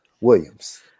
Williams